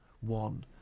one